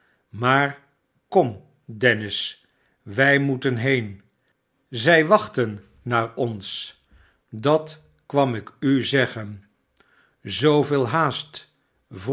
maar kom dennis i wij moeten heen zij wachten naar ons dat kwam ik u zeggen j zoo veel haast vroeg